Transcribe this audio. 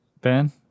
Ben